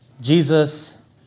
Jesus